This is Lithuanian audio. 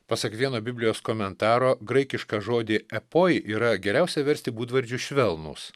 pasak vieno biblijos komentaro graikišką žodį epoj yra geriausia versti būdvardžiu švelnūs